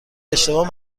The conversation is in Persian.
اشتباه